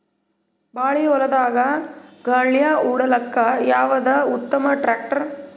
ಬಾಳಿ ಹೊಲದಾಗ ಗಳ್ಯಾ ಹೊಡಿಲಾಕ್ಕ ಯಾವದ ಉತ್ತಮ ಟ್ಯಾಕ್ಟರ್?